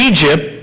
Egypt